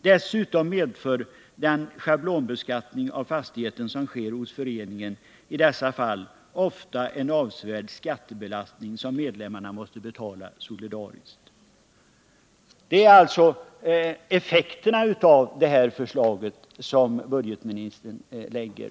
Dessutom medför den schablonbeskattning av fastigheten som sker hos föreningen i dessa fall ofta en avsevärd skattebelastning som medlemmarna måste betala solidariskt.” Sådana är alltså effekterna av det förslag som budgetministern lagt.